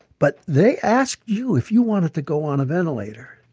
but they asked you if you wanted to go on a ventilator,